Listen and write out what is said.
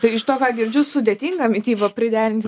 tai iš to ką girdžiu sudėtinga mitybą priderinti